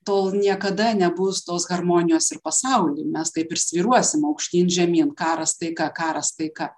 tol niekada nebus tos harmonijos ir pasauly mes taip ir svyruosime aukštyn žemyn karas taika karas taika